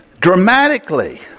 dramatically